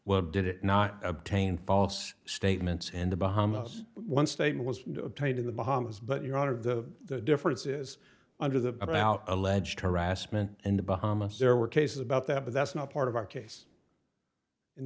what did it not obtain false statements in the bahamas one statement was obtained in the bahamas but your out of the difference is under the about alleged harassment in the bahamas there were cases about that but that's not part of our case in